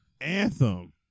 Anthem